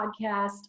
podcast